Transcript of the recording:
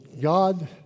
God